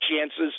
chances